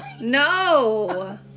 No